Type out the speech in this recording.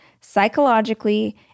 psychologically